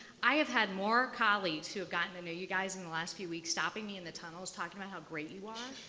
i have had more colleagues who have gotten to know you guys in the last few weeks stopping me in the tunnels talking about how great you are.